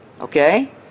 Okay